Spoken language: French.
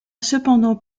cependant